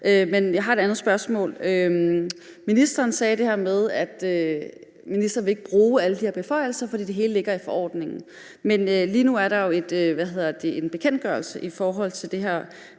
Men jeg har et andet spørgsmål. Ministeren sagde, at ministeren ikke vil bruge alle de her beføjelser, fordi det hele ligger i forordningen. Men lige nu er der jo en bekendtgørelse relateret til det her